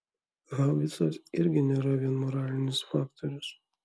haubicos irgi nėra vien moralinis faktorius